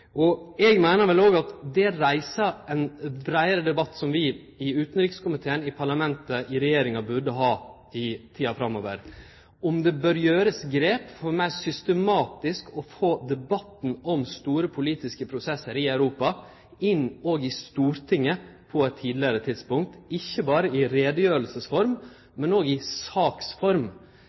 og at dei kom opp til debatt. Eg meiner vel òg at det reiser ein breiare debatt som vi i utanrikskomiteen, i parlamentet, i regjeringa, burde ha i tida framover, om ein bør ta grep for meir systematisk å få debatten om store politiske prosessar i Europa inn òg i Stortinget på eit tidlegare tidspunkt – ikkje berre i utgreiingsform, men òg i saksform.